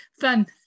fun